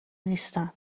نیستن